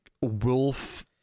wolf